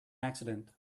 accident